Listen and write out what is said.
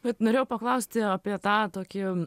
vat norėjau paklausti apie tą tokį